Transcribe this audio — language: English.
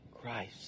Christ